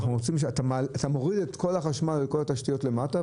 אתה מוריד את כל החשמל ואת כל התשתיות למטה,